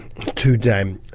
today